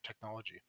technology